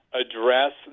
address